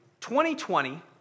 2020